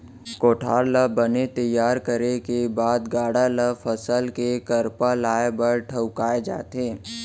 कोठार ल बने तइयार करे के बाद गाड़ा ल फसल के करपा लाए बर ठउकाए जाथे